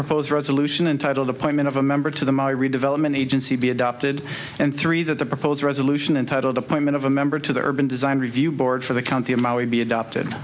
proposed resolution and titled appointment of a member to the my redevelopment agency be adopted and three that the proposed resolution entitled appointment of a member to the urban design review board for the county of my would be adopted